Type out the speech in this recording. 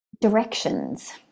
directions